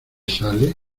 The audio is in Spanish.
sale